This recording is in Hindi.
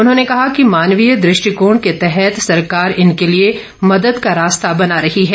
उन्होंने कहा कि मानवीय दृष्टकोण के तहत सरकार इनके लिए मदद का रास्ता बना रही है